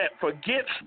forgets